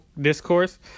discourse